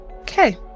Okay